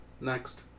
Next